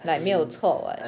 like 没有错 [what]